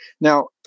Now